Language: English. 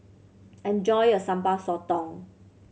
enjoy your Sambal Sotong